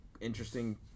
interesting